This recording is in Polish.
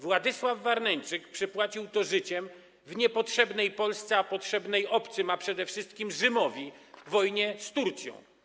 Władysław Warneńczyk przypłacił to życiem w niepotrzebnej Polsce, a potrzebnej obcym, a przede wszystkim Rzymowi, wojnie z Turcją.